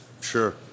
Sure